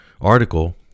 article